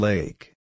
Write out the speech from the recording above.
Lake